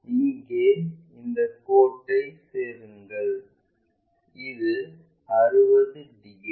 இங்கே இந்த கோடுகளை சேருங்கள் இது 60 டிகிரி